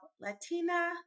Latina